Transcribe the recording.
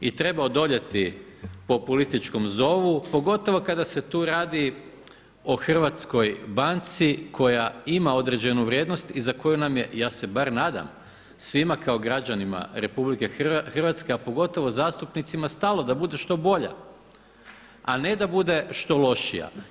I treba odoljeti populističkom zovu pogotovo kada se tu radi o hrvatskoj banci koja ima određenu vrijednost i za koju nam je ja se bar nadam svima kao građanima RH, a pogotovo zastupnicima stalo da bude što bolja, a ne da bude što lošija.